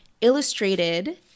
illustrated